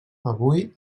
avui